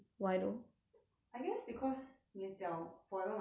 I guess because 你的脚 forever must step on something